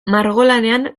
margolanean